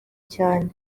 cyane